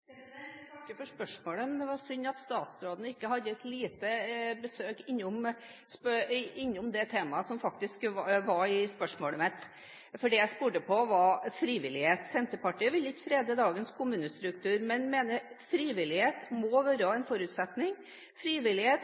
Jeg takker for svaret, men det var synd at statsråden ikke hadde et lite besøk innom det temaet jeg faktisk tok opp i spørsmålet mitt, for det jeg spurte om, var frivillighet. Senterpartiet vil ikke frede dagens kommunestruktur, men mener frivillighet må være en forutsetning. Frivillighet